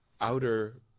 outer